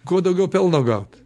kuo daugiau pelno gaut